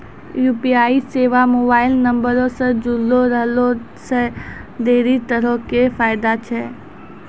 UPI सेबा mobile नंबरो से जुड़लो रहला से ढेरी तरहो के फायदा छै